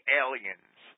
aliens